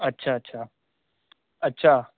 अच्छा अच्छा अच्छा